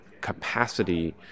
capacity